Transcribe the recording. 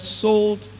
sold